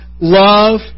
love